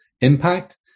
impact